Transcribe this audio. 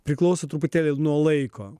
priklauso truputėlį nuo laiko